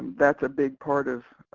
that's a big part of